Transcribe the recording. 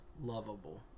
lovable